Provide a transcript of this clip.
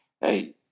Hey